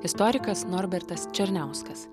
istorikas norbertas černiauskas